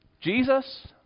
Jesus